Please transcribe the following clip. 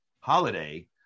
holiday